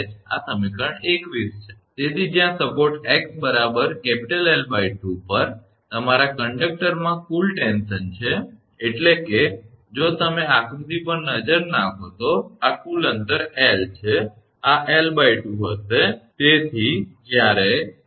તેથી જ્યાં સપોર્ટ 𝑥 𝐿2 પર તમારા કંડક્ટરમાં કુલ ટેન્શન છે એટલે કે જો તમે આકૃતિ પર નજર નાખો તો આ કુલ અંતર 𝐿 છે અને આ 𝐿2 હશે